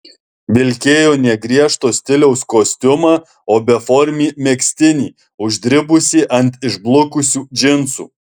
vilkėjo ne griežto stiliaus kostiumą o beformį megztinį uždribusį ant išblukusių džinsų